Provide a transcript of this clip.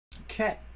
Okay